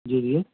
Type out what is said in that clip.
جی جی